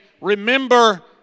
remember